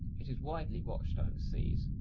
it is widely watched overseas,